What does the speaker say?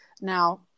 Now